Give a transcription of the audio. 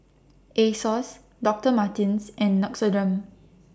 Asos Doctor Martens and Nixoderm